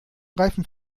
reifen